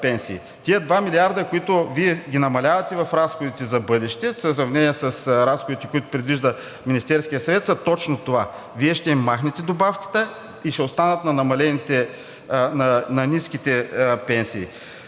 два милиарда, които Вие ги намалявате в разходите за бъдеще в сравнение с разходите, които предвижда Министерският съвет, са точно това – Вие ще им махнете добавката и ще останат на ниските пенсии.